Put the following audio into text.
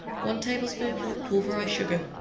one tablespoonful of pulverized sugar.